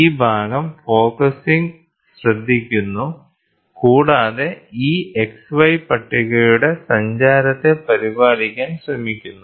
ഈ ഭാഗം ഫോക്കസിംഗ് ശ്രദ്ധിക്കുന്നു കൂടാതെ ഈ XY പട്ടികയുടെ സഞ്ചാരത്തെ പരിപാലിക്കാൻ ശ്രമിക്കുന്നു